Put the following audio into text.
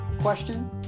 question